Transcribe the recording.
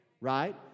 Right